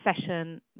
session